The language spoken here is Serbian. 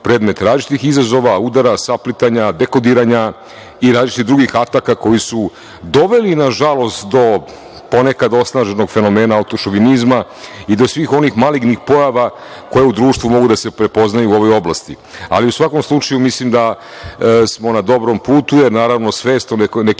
predmet različitih izazova, udara, saplitanja, dekodiranja i različitih drugih ataka koji su doveli, nažalost, do ponekad osnaženog fenomena autošovinizma i do svih onih malignih pojava koje u društvu mogu da se prepoznaju u ovoj oblasti.U svakom slučaju, mislim da smo na dobrom putu, jer naravno, svest o nekim